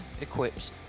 equips